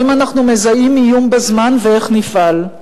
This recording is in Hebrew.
אם אנחנו מזהים איום בזמן ואיך נפעל.